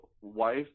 wife